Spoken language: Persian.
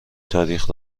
تاریخ